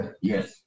Yes